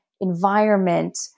environment